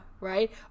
right